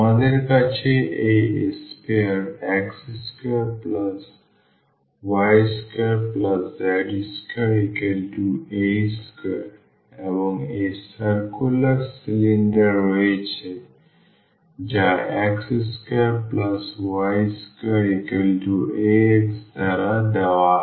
আমাদের কাছে এই sphere x2y2z2a2 এবং এই সার্কুলার সিলিন্ডার রয়েছে যা x2y2ax দ্বারা দেওয়া হয়